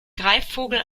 greifvogel